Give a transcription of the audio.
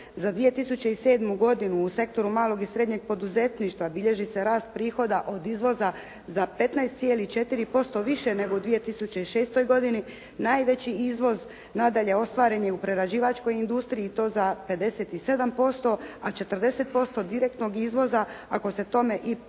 Za 2007. godinu u sektoru malog i srednjeg poduzetništva bilježi se rast prihoda od izvoza za 15,4% više nego u 2006. godini. Najveći izvoz nadalje, ostvaren je u prerađivačkoj industriji i to za 57%,a 40% direktnog izvoza ako se tome i pridoda